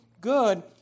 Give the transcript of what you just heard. good